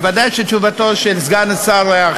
אני חושב שחברי הכנסת צריכים לקבל את התשובה של המשרד בגין הנימוקים